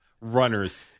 Runners